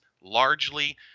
largely